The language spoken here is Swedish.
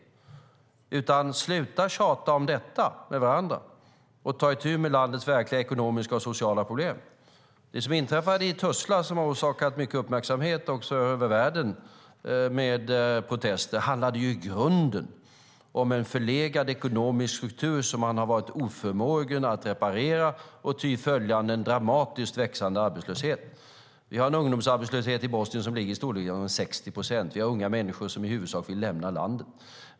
Sluta tjata på varandra om detta och ta itu med landets verkliga ekonomiska och sociala problem! Det som inträffade i Tuzla med protester som har fått mycket uppmärksamhet världen över handlade i grunden om en förlegad ekonomisk struktur som man har varit oförmögen att reparera och en därpå följande dramatiskt växande arbetslöshet. Bosnien har en ungdomsarbetslöshet som ligger i storleksordningen 60 procent och unga människor som i huvudsak vill lämna landet.